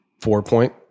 four-point